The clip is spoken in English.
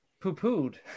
poo-pooed